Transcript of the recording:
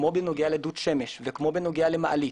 כמו בנוגע לדוד שמש וכמו בנוגע למעלית,